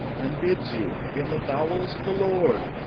and bids you, in the bowels of the lord,